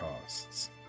costs